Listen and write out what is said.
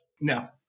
No